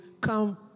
come